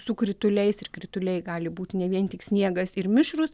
su krituliais ir krituliai gali būt ne vien tik sniegas ir mišrūs